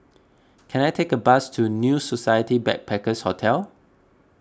can I take a bus to New Society Backpackers' Hotel